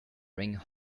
ring